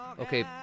okay